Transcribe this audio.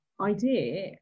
idea